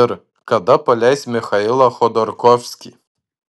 ir kada paleis michailą chodorkovskį